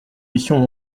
missions